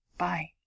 Bye